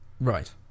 right